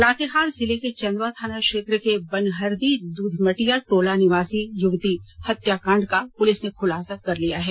लातेहार जिले के चंदवा थाना क्षेत्र के बनहरदी दूधमटिया टोला निवासी युवती हत्याकांड का पुलिस ने खुलासा कर लिया है